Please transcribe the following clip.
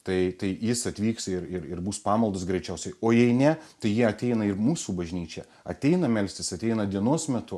tai tai jis atvyks ir ir ir bus pamaldos greičiausiai o jei ne tai jie ateina ir į mūsų bažnyčią ateina melstis ateina dienos metu